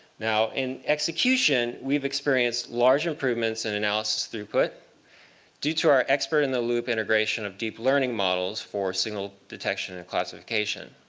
now in execution, we've experienced large improvements in analysis throughput due to our expert in-the-loop integration of deep learning models for signal detection and classification.